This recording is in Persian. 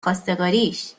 خواستگاریش